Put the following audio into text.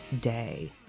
day